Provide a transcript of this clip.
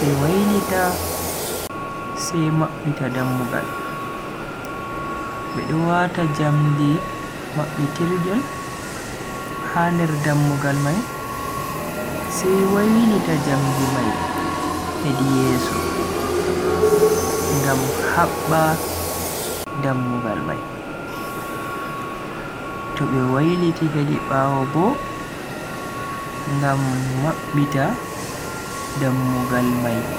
be wailita sai mabbita dammugal. be Do waata jamdi mabbitirgel ha nder dammugal mai sai wailita jamdi mai hedi yeso ngam mabba dammugal mai, to be wailiti hedi bawo Bo, ngam mabbita dammugal mai.